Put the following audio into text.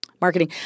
marketing